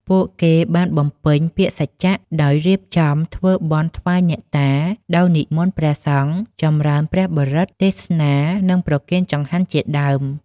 ពួកគេបានបំពេញពាក្យសច្ចៈដោយរៀបចំធ្វើបុណ្យថ្វាយអ្នកតា ដោយនិមន្តព្រះសង្ឃចម្រើនព្រះបរិត្ត ទេសនា និងប្រគេនចង្ហាន់ជាដើម ។